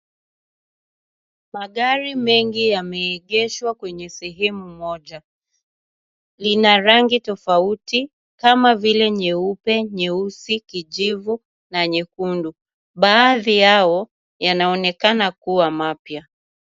Magari mengi yameegeshwa kwenye sehemu moja, lina rangi tofauti kama vile nyeupe, nyeusi, kijivu na nyekundu, baadhi yao yanaonekana kuwa mapya.